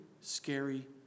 scary